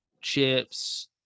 Chips